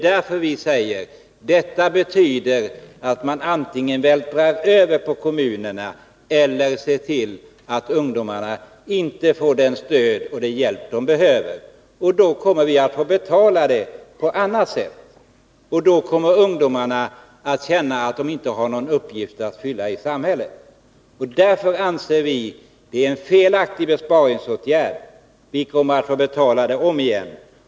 Därför säger vi: Detta betyder antingen att man vältrar över kostnaden på kommunerna eller att ungdomarna inte får det stöd och den hjälp de behöver. Ungdomarna kommer att känna att de inte har någon uppgift att fylla i samhället. Därför anser vi att det är en felaktig besparingsåtgärd. Vi kommer att få betala den om igen.